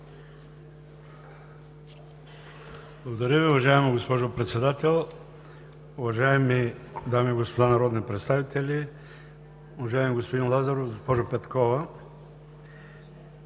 Благодаря Ви, уважаеми господин Председател! Уважаеми дами и господа народни представители, уважаеми господин Лазаров, госпожо Петкова!